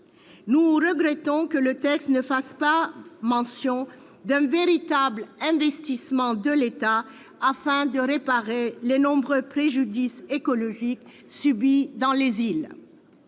Nous regrettons que le texte ne fasse pas mention d'un véritable investissement de l'État afin de réparer les nombreux préjudices écologiques subis dans les îles.